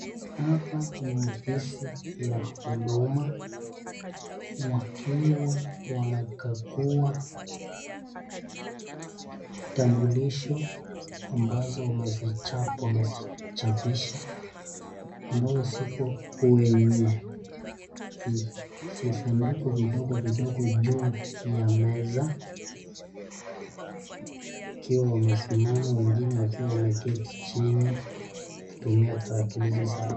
Hapa ni office la huduma wakiwa wanakagua vitambulisho ambazo wamezichapisha ambazo ziko kwenye vijisanduku vidogo vidogo juu ya meza, wakiwa wamesimama wengine wakiwa wameketi chini wakitumia tarakilishi zao.